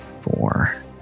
four